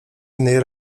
innej